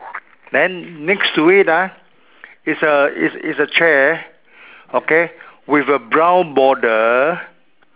then next to it ah is a is is a chair okay with a brown border